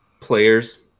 players